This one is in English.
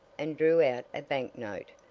and drew out a bank-note,